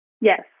Yes